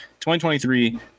2023